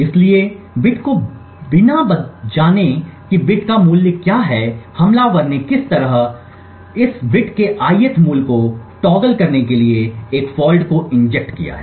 इसलिए बिट को बिना जाने कि बिट का मूल्य क्या है हमलावर ने किसी तरह इस बिट के ith मूल्य को टॉगल करने के लिए एक फॉल्ट को इंजेक्ट किया है